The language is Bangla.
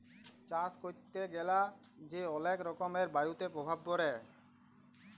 চাষ ক্যরতে গ্যালা যে অলেক রকমের বায়ুতে প্রভাব পরে